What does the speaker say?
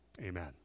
Amen